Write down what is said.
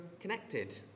connected